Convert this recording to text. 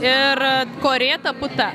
ir korėta puta